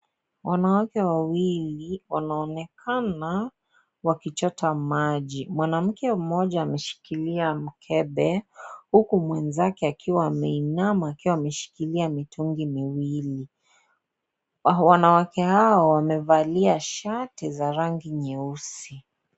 Wanawake wawili wanaonekana wakichota maji, mwanamke mmoja ameshikilia mkebe huku mwenzake akiwa ameinama akiwa ameshikilia mitungi miwili . Wanawake hao wamevalia shati za rangi nyeusi.